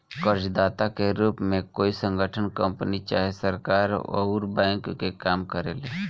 कर्जदाता के रूप में कोई संगठन, कंपनी चाहे सरकार अउर बैंक के काम करेले